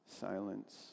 silence